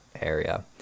area